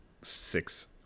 six